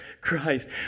Christ